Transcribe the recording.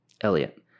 Elliot